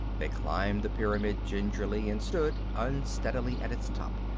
they climbed the pyramid gingerly and stood unsteadily at its top.